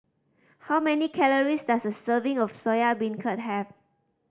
how many calories does a serving of Soya Beancurd have